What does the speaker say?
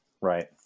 Right